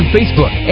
Facebook